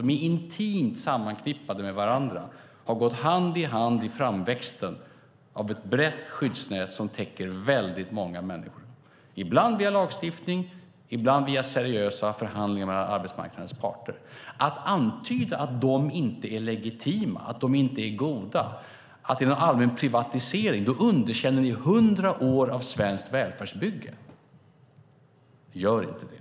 De är intimt sammanknippade med varandra och har gått hand i hand i framväxten av ett brett skyddsnät som täcker många människor - ibland via lagstiftning och ibland via seriösa förhandlingar mellan arbetsmarknadens parter. Om ni antyder att dessa inte är legitima och att de inte är goda och att det handlar om någon allmän privatisering underkänner ni 100 år av svenskt välfärdsbygge. Gör inte det!